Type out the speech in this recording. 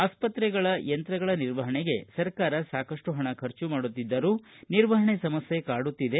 ಆಸ್ಪತ್ರೆಗಳ ಯಂತ್ರಗಳ ನಿರ್ವಹಣೆಗೆ ಸರಕಾರ ಸಾಕಪ್ಟು ಹಣ ಖರ್ಚು ಮಾಡುತ್ತಿದ್ದರೂ ನಿರ್ವಹಣೆ ಸಮಸ್ಯೆ ಕಾಡುತ್ತಿದೆ